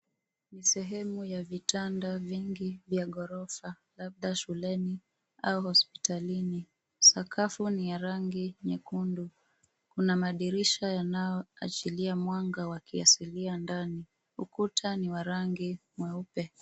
Ni sehemu ya vitanda vingi vya ghorofa labda shuleni au hospitalini. Sakafu ni ya rangi nyekundu. Kuna madirisha yanayoachilia mwanga wa kiasilia ndani. Ukuta ni wa rangi mweupe.